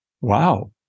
Wow